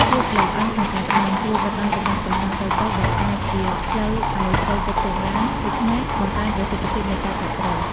ភាពល្អិតល្អន់ក្នុងការត្បាញ ជួយបិទបាំងចន្លោះប្រហោងតូចៗ ដែលអាចជាផ្លូវឲ្យត្រីគេចចេញបាន ដូច្នេះបង្កើនប្រសិទ្ធភាពនៃការចាប់ត្រី។